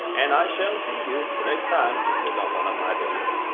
and i shall see you the next time you click on one of my videos.